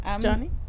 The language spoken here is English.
Johnny